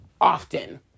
often